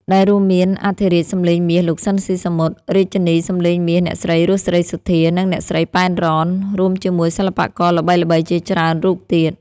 ដែលរួមមានអធិរាជសម្លេងមាស លោក ស៊ីន ស៊ីសាមុត រាជិនីសម្លេងមាស អ្នកស្រី រស់ សេរីសុទ្ធា និងអ្នកស្រី ប៉ែន រ៉ន រួមជាមួយសិល្បករល្បីៗជាច្រើនរូបទៀត។